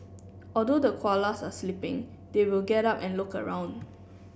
although the koalas are sleeping they will get up and look around